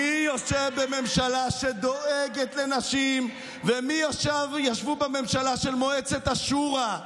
מי יושב בממשלה שדואגת לנשים ומי ישבו בממשלה של מועצת השורא,